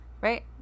Right